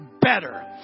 better